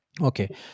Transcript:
Okay